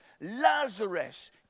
Lazarus